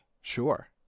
sure